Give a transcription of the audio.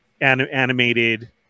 animated